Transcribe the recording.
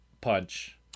punch